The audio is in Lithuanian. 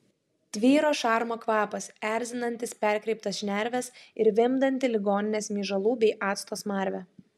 tvyro šarmo kvapas erzinantis perkreiptas šnerves ir vimdanti ligoninės myžalų bei acto smarvė